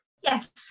Yes